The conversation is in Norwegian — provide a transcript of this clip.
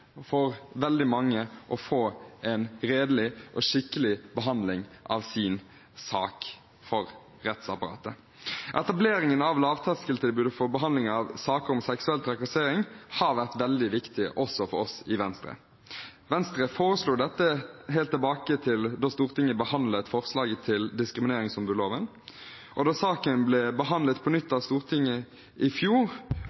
for veldig mange å få en redelig og skikkelig behandling av sin sak for rettsapparatet. Etableringen av et lavterskeltilbud for behandling av saker om seksuell trakassering har vært veldig viktig også for oss i Venstre. Venstre foreslo dette helt tilbake til da Stortinget behandlet forslaget til diskrimineringsombudsloven. Da saken ble behandlet på nytt